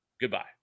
Goodbye